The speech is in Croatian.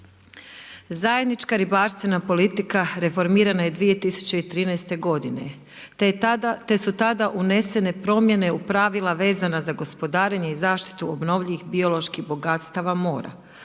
Zajednička ribarstvena politika reformirana je 2013. godine, te su tada unesene promjene u pravila vezana za gospodarenje i zaštitu obnovljivih bioloških bogatstava mora.